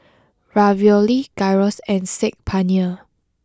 Ravioli Gyros and Saag Paneer